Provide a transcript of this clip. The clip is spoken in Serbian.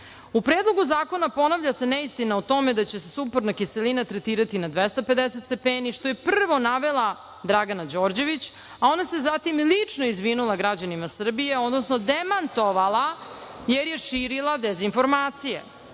Predlogu zakona ponavlja se neistina o tome da će se sumporna kiselina tretirati na 250 stepeni, što je prvo navela Dragana Đorđević, a onda se zatim lično izvinila građanima Srbije, odnosno demantovala, jer je širila dezinformacije.